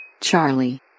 Charlie